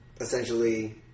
Essentially